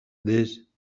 this